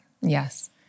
Yes